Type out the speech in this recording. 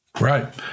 Right